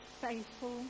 faithful